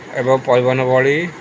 ଏବଂ ପରିବହନ ଭଳି